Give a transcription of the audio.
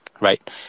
right